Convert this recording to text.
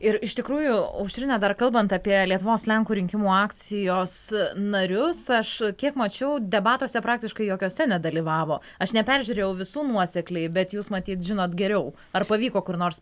ir iš tikrųjų aušrine dar kalbant apie lietuvos lenkų rinkimų akcijos narius aš kiek mačiau debatuose praktiškai jokiuose nedalyvavo aš neperžiūrėjau visų nuosekliai bet jūs matyt žinot geriau ar pavyko kur nors